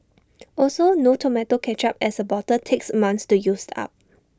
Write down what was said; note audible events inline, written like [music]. [noise] also no more Tomato Ketchup as A bottle takes months to use up